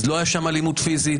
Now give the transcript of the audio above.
לא הייתה שם אלימות פיזית.